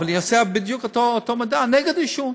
אבל יוצא בדיוק אותו מודעה נגד עישון.